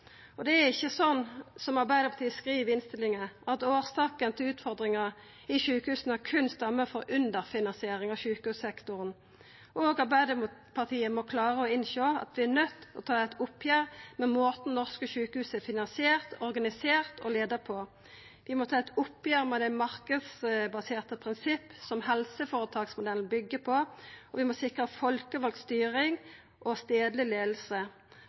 fagfolk. Det er ikkje slik som Arbeidarpartiet skriv i innstillinga, at årsaka til utfordringane i sjukehusa berre stammar frå underfinansiering av sjukehussektoren. Arbeidarpartiet må klara å innsjå at vi er nøydde til å ta eit oppgjer med måten norske sjukehus er finansierte, organiserte og leia på. Vi må ta eit oppgjer med dei marknadsbaserte prinsippa som helseføretaksmodellen byggjer på, og vi må sikra folkevald styring og stadleg